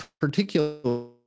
particular